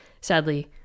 Sadly